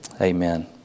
Amen